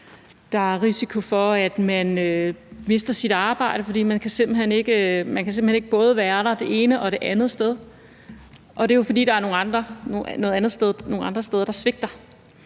Der er risiko for, at de mister deres arbejde, fordi de simpelt hen ikke kan være både det ene og det andet sted, og det er jo, fordi der er nogle andre steder, hvor man svigter.